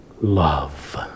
love